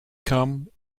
come